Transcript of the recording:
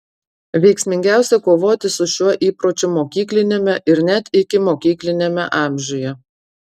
veiksmingiausia kovoti su šiuo įpročiu mokykliniame ir net ikimokykliniame amžiuje